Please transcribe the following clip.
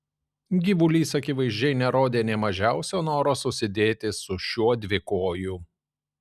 gyvulys akivaizdžiai nerodė nė mažiausio noro susidėti su šiuo dvikoju